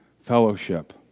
fellowship